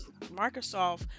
Microsoft